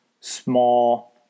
small